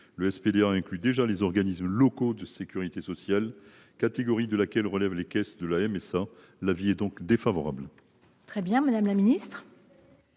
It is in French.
le SPDA incluant déjà les organismes locaux de sécurité sociale, catégorie de laquelle relèvent les caisses de la MSA. L’avis est donc défavorable. Quel est l’avis